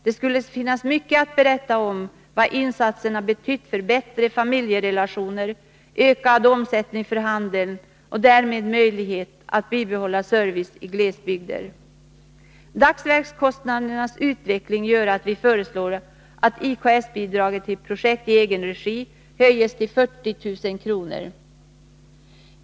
Det skulle finnas mycket att berätta om vad insatserna har betytt för bättre familjerelationer, ökad omsättning för handeln och därmed möjlighet att bibehålla servicen i glesbygder. Dagsverkskostnadernas utveckling gör att vi föreslår att IKS-bidraget till projekt i egen regi skall höjas till 40 000 kr.